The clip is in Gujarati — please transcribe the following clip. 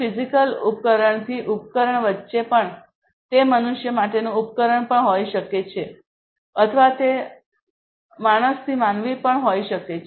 ક્રિયાપ્રતિક્રિયા મુખ્યત્વે ઉપકરણો ઉપકરણથી ઉપકરણ વચ્ચે પણ તે મનુષ્ય માટેનું ઉપકરણ પણ હોઈ શકે છે અથવા તે માણસથી માનવી પણ હોઈ શકે છે